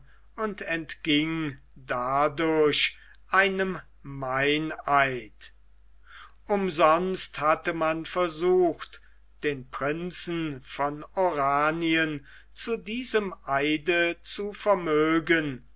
und entging dadurch einem meineid umsonst hatte man versucht den prinzen von oranien zu diesem eide zu vermögen